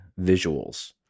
visuals